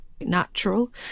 natural